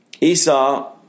Esau